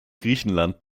griechenland